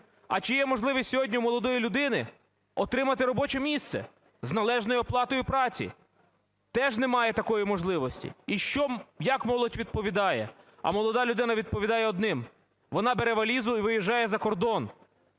А чи є можливість сьогодні у молодої людини отримати робоче місце з належною оплатою праці? Теж немає такої можливості. І що, як молодь відповідає? А молода людина відповідає одним – вона бере валізу і виїжджає за кордон.